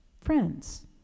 Friends